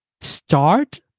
start